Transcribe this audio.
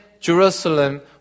Jerusalem